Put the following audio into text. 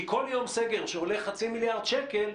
כי כל יום סגר שעולה חצי מיליארד שקל,